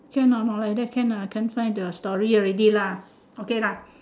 can or not like that can ah can try the story already lah okay lah